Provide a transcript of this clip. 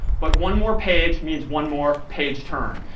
but one more page means one more page turn.